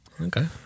Okay